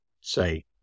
say